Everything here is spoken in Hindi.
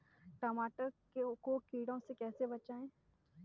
टमाटर को कीड़ों से कैसे बचाएँ?